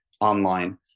online